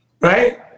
Right